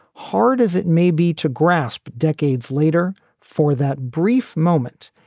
hard as it may be to grasp decades later, for that brief moment,